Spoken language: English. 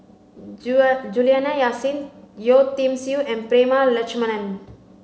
Juliana Yasin Yeo Tiam Siew and Prema Letchumanan